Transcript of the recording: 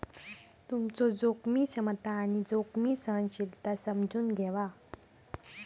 तुमचो जोखीम क्षमता आणि जोखीम सहनशीलता समजून घ्यावा